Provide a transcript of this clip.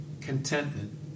contentment